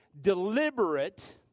deliberate